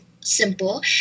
simple